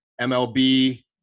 MLB